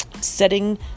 setting